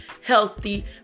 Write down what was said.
healthy